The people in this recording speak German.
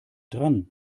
dran